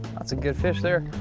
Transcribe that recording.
that's a good fish there.